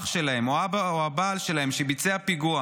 שלהם או את האבא או את הבעל שלהם שביצע פיגוע,